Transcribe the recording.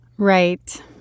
Right